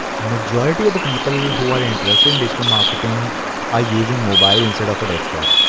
majority of the people who are interested in digital marketing are using mobile instead of a desktop.